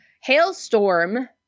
hailstorm